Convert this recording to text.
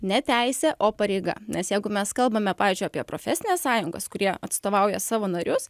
ne teisė o pareiga nes jeigu mes kalbame pavyzdžiui apie profesines sąjungas kurie atstovauja savo narius